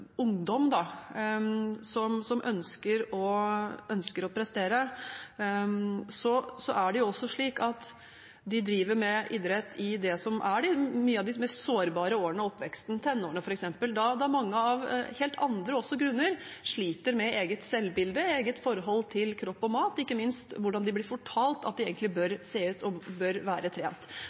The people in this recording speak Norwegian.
ungdom som ønsker å prestere, så er det jo også slik at de driver med idrett i det som er de mest sårbare årene av oppveksten, tenårene f.eks., da mange – også av helt andre grunner – sliter med eget selvbilde, eget forhold til kropp og mat, ikke minst hvordan de blir fortalt at de egentlig bør se ut og bør være trent.